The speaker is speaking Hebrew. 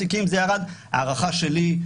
ההערכה שלי,